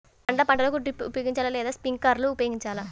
పండ్ల పంటలకు డ్రిప్ ఉపయోగించాలా లేదా స్ప్రింక్లర్ ఉపయోగించాలా?